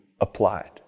applied